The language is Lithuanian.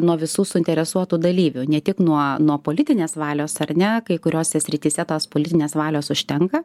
nuo visų suinteresuotų dalyvių ne tik nuo nuo politinės valios ar ne kai kuriose srityse tas politinės valios užtenka